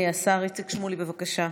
השר איציק שמולי, בבקשה.